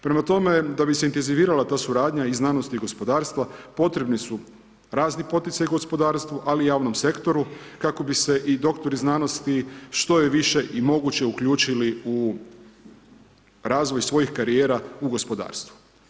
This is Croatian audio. Prema tome, da bi se intenzivirala ta suradnja i znanosti i gospodarstva potrebni su razni poticaji u gospodarstvu, ali i u javnom sektoru kako bi se i doktori znanosti što je više i moguće uključili u razvoj svojih karijera u gospodarstvu.